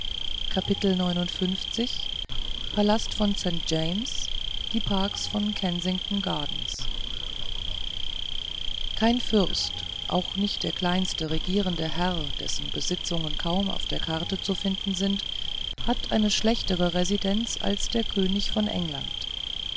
palast von st james die parks von kensington gardens kein fürst auch nicht der kleinste regierende herr dessen besitzungen kaum auf der karte zu finden sind hat eine schlechtere residenz als der könig von england